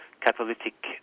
catalytic